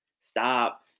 Stop